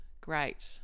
Great